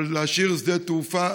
אבל להשאיר שדה תעופה,